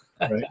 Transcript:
right